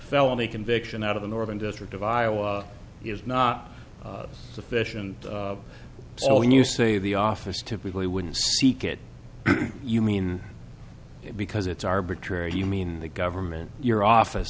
felony conviction out of the northern district of iowa is not sufficient so when you say the office typically wouldn't seek it you mean because it's arbitrary you mean the government your office